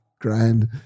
grand